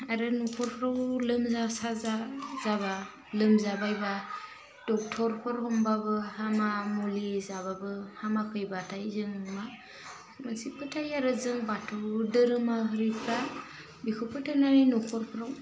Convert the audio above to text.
आरो न'खरफ्राव लोमजा साजा जाबा लोमजा बायबा डक्टरफोर हमबाबो हामा मुलि जाबाबो हामाखैबाथाइ जों मा मोनसे फोथाइयो आरो जों बाथौ दोरोमारिफ्रा बेखौ फोथाइनानै न'खरफ्राव